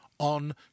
on